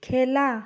খেলা